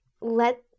let